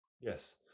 Yes